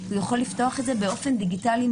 שבאפליקציה,